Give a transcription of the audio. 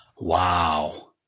Wow